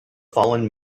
fallen